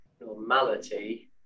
normality